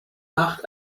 macht